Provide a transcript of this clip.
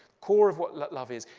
core of what love love is,